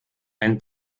ein